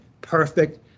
perfect